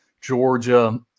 Georgia